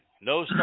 No